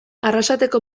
arrasateko